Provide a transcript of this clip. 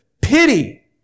pity